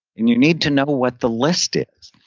and you need to know what the list is.